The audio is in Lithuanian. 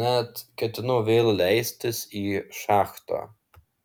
net ketinau vėl leistis į šachtą